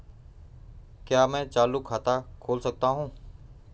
क्या मैं चालू खाता खोल सकता हूँ?